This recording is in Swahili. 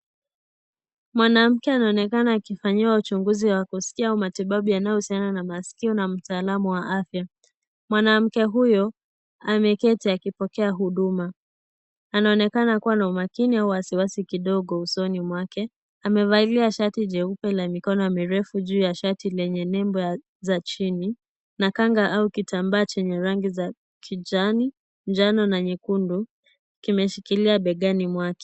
Mwanamke anaonekana akifanyiwa uchunguzi wa kusikia au matibabu yanayohusiana na masikio na mtaalamu wa afya. Mwanamke huyo ameketi akipokea huduma. Anaoneka kuwa na umakini au wasiwasi kidogo usoni mwake. Amevalia shati jeupe la mikono mirefu juu ya shati lenye nembu za chini. Na kanga ama kitambaa chenye rangi za kijani, jani na nyekundu kimeshikilia begani mwake.